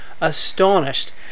astonished